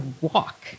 walk